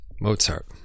Mozart